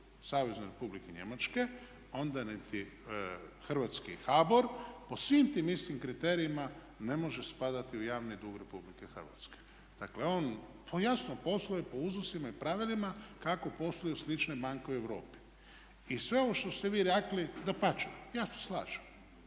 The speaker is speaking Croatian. Savezne Republike Njemačke, onda niti hrvatski HBOR po svim tim istim kriterijima ne može spadati u javni dug Republike Hrvatske. Dakle, on to jasno posluje po uzusima i pravilima kako posluju slične banke u Europi. I sve ovo što ste vi rekli dapače, ja se slažem.